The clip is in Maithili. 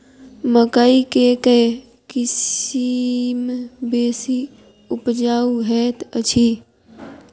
मकई केँ के किसिम बेसी उपजाउ हएत अछि?